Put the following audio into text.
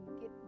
get